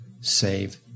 save